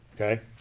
Okay